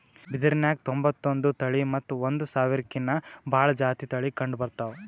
ಬಿದಿರ್ನ್ಯಾಗ್ ತೊಂಬತ್ತೊಂದು ತಳಿ ಮತ್ತ್ ಒಂದ್ ಸಾವಿರ್ಕಿನ್ನಾ ಭಾಳ್ ಜಾತಿ ತಳಿ ಕಂಡಬರ್ತವ್